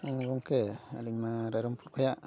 ᱚ ᱜᱚᱢᱠᱮ ᱟᱹᱞᱤᱧ ᱢᱟ ᱨᱟᱭᱨᱚᱝᱯᱩᱨ ᱠᱷᱚᱱᱟᱜ